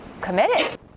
committed